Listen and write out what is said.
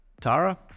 Tara